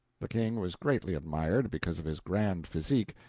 the king was greatly admired, because of his grand physique,